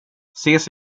ses